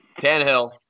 Tannehill